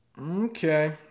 Okay